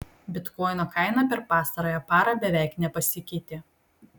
bitkoino kaina per pastarąją parą beveik nepasikeitė